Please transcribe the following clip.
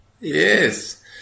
Yes